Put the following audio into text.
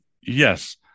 yes